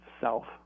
self